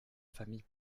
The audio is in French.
famille